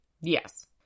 Yes